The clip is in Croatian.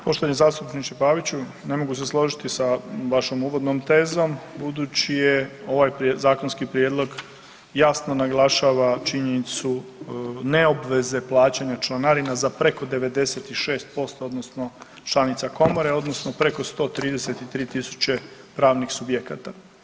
Poštovani zastupniče Paviću ne mogu se složiti sa vašom uvodnom tezom budući je ovaj zakonski prijedlog jasno naglašava činjenicu ne obveze plaćanja članarina za preko 96% odnosno članica komore odnosno preko 133.000 pravnih subjekata.